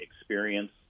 experience